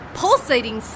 pulsating